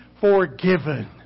forgiven